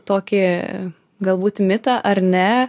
tokį galbūt mitą ar ne